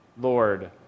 Lord